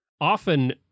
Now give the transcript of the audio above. often